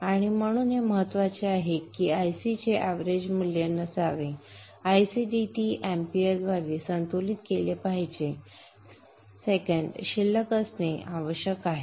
आणि म्हणून हे महत्वाचे आहे की Ic चे एवरेज मूल्य नसावे Ic dt amp द्वारे संतुलित केले पाहिजे सेकंद बॅलन्स असणे आवश्यक आहे